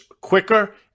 quicker